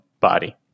body